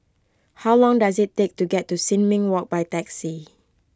how long does it take to get to Sin Ming Walk by taxi